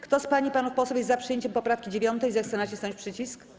Kto z pań i panów posłów jest za przyjęciem poprawki 9., zechce nacisnąć przycisk.